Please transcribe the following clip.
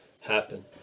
happen